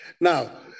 Now